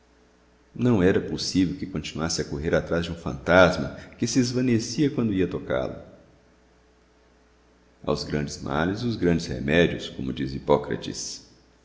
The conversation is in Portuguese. não era possível que continuasse a correr atrás de um fantasma que se esvaecia quando ia tocá lo aos grandes males os grandes remédios como diz hipócrates